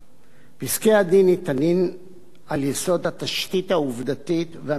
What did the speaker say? פסקי-הדין ניתנים על יסוד התשתית העובדתית והמשפטית